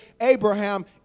Abraham